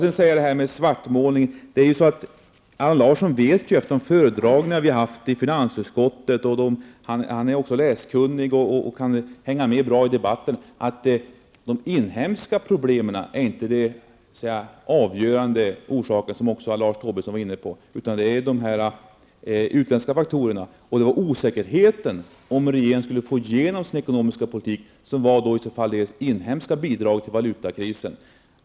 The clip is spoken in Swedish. När det gäller svartmålning vet ju Allan Larsson efter de föredragningar som vi har haft i finansutskottet -- Allan Larsson är också läskunnig och kan hänga med bra i debatten -- att de inhemska problemen inte är den avgörande orsaken, utan det är de utländska faktorerna, som också Lars Tobisson var inne på. Det var osäkerheten om regeringen skulle få igenom sin ekonomiska politik som var det inhemska bidraget till valutakrisen.